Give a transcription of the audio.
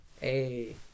Hey